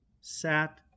sat